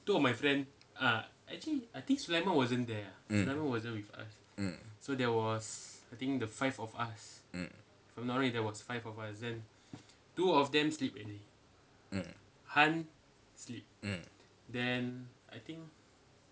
mm mm mm mm mm